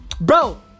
Bro